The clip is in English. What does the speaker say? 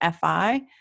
FI